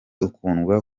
ukundwa